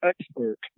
expert